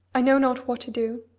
i know not what to do.